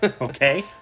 okay